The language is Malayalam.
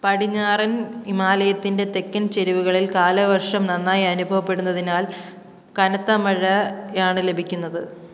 പടിഞ്ഞാറൻ ഹിമാലയത്തിന്റെ തെക്കൻ ചരിവുകളിൽ കാലവര്ഷം നന്നായി അനുഭവപ്പെടുന്നതിനാൽ കനത്ത മഴയാണ് ലഭിക്കുന്നത്